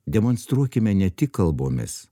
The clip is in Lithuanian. demonstruokime ne tik kalbomis